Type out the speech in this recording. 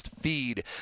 feed